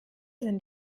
sind